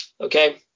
Okay